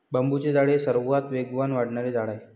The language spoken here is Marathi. बांबूचे झाड हे सर्वात वेगाने वाढणारे झाड आहे